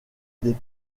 des